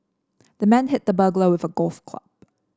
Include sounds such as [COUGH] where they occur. the man hit the [UNINTELLIGIBLE] with a golf club